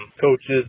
coaches